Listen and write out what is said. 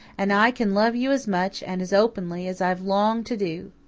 and i can love you as much and as openly as i have longed to do.